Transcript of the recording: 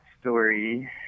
story